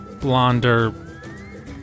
blonder